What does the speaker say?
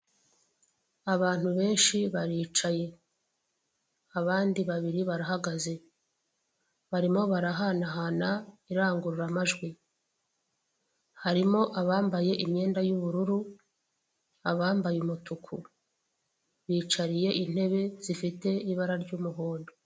Abantu benshi baricaye abandi babiri barahagaze barimo barahanahana irangururamajwi, harimo abambaye imyenda y'ubururu, abambaye umutuku bicariye intebe zifite ibara ry'umuhondo.